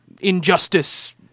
Injustice